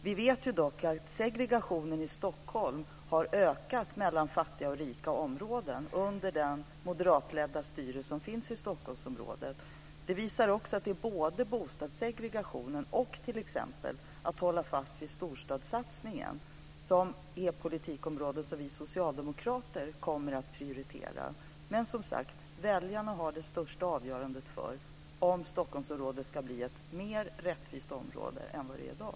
Vi vet dock att segregationen i Stockholm har ökat mellan fattiga och rika områden under det moderatledda styre som finns i Stockholmsområdet. Det visar också att det är både bostadssegregationen och t.ex. ett fasthållande vid storstadssatsningen som är politikområden som vi socialdemokrater kommer att prioritera. Men, som sagt, väljarna har det största avgörandet för om Stockholmsområdet ska bli ett mer rättvist område än det är i dag.